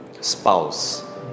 spouse